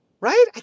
Right